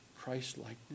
Christ-likeness